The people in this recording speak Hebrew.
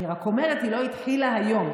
אני רק אומרת שהיא לא התחילה היום.